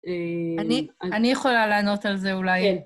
אני יכולה לענות על זה אולי.